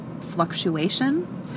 fluctuation